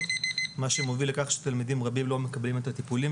מה שמוביל לכך שתלמידים רבים לא מקבלים את הטיפולים.